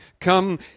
Come